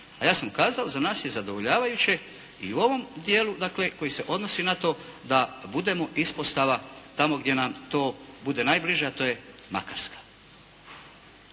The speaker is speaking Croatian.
A ja sam kazao, za nas je zadovoljavajuće i u ovom dijelu koji se odnosi na to, da budemo ispostava tamo gdje nam to bude najbliže a to je Makarska,